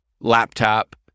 laptop